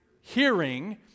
hearing